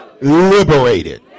liberated